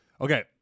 Okay